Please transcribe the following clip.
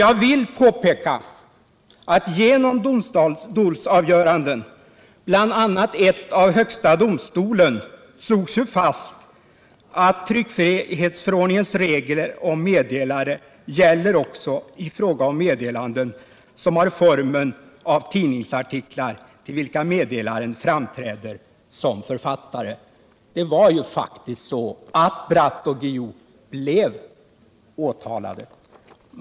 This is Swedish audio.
Jag vill påpeka att det genom domstolsavgöranden, bl.a. i högsta domstolen, har slagits fast att tryckfrihetsförordningens regler om meddelare också gäller i fråga om meddelanden som har formen av tidningsartiklar, till vilka meddelaren framträder som författare. Det var ju faktiskt så att Bratt och Guillou blev åtalade.